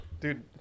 dude